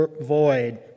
void